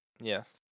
Yes